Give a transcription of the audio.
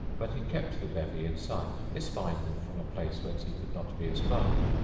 but he kept the bevy in sight espying them from a place whence he could not be espied.